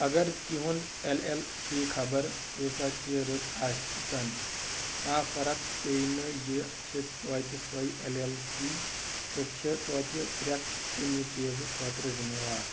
اَگر تُیہند L L C خَبر کۭژاہ تہِ رٕژ ٲسۍتَن کانٛہہ فَرق پیٚیہِ نہٕ یہِ چھےٚ تویتہِ سۄے ایٚل ایٚل سی تہٕ چھےٚ تویتہِ پرٛٮ۪تھ کُنہِ چیٖزٕ خٲطرٕ ذِمہ وار